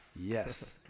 Yes